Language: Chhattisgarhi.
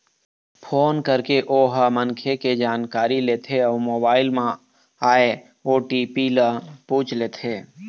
फोन करके ओ ह मनखे के जानकारी लेथे अउ मोबाईल म आए ओ.टी.पी ल पूछ लेथे